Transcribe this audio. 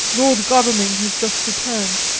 lord godalming has just returned.